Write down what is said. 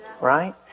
right